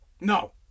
No